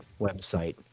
website